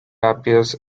appears